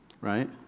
right